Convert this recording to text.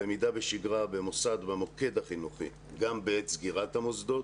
למידה בשגרה במוסד במוקד החינוכי גם בעת סגירת המוסדות.